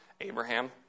Abraham